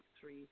three